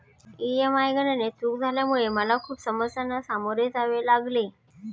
EMI गणनेत चूक झाल्यामुळे मला खूप समस्यांना सामोरे जावे लागले